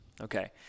okay